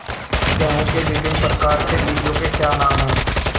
गेहूँ के विभिन्न प्रकार के बीजों के क्या नाम हैं?